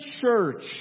church